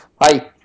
Hi